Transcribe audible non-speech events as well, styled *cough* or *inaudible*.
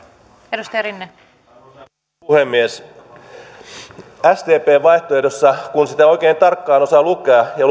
arvoisa puhemies sdpn vaihtoehdosta kun sitä oikein tarkkaan osaa lukea ja *unintelligible*